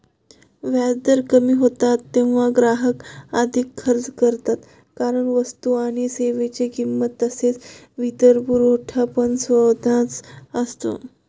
व्याजदर कमी होतात तेव्हा ग्राहक अधिक खर्च करतात कारण वस्तू आणि सेवांची किंमत तसेच वित्तपुरवठा पण स्वस्त असतो